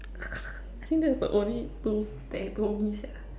I think that's the only two that you told me sia